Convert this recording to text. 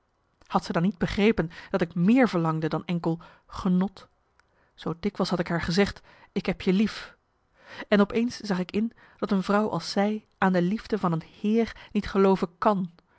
had ze dan niet begrepen dat ik meer verlangde dan enkel genot marcellus emants een nagelaten bekentenis zoo dikwijls had ik haar gezegd ik heb je lief en op eens zag ik in dat een vrouw als zij aan de liefde van een heer niet gelooven kan